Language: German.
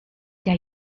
der